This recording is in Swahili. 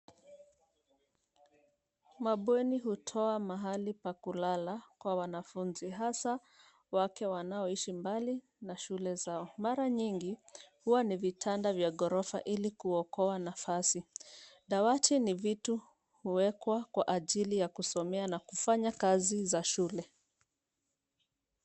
Mabweni hutoa mahali pa kulala kwa wanafunzi hasa wake wanaoishi mbali na shule zao. Mara nyingi huwa ni vitanda vya ghorofa ili kuokoa nafasi. Dawati ni vitu huwekwa kwa ajili ya kusomea na kufanya kazi za shule.